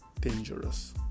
dangerous